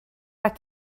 back